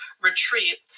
retreat